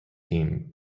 team